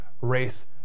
Race